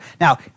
Now